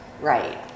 Right